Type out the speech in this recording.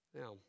Now